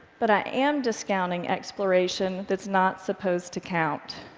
but i am discounting exploration that's not supposed to count,